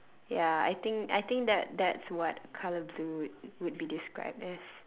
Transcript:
ya I think I think that that's what color blue would would be described as